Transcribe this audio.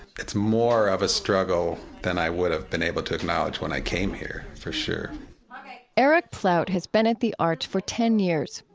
it's more of a struggle than i would have been able to acknowledge when i came here, for sure eric plaut has been at the arch for ten years.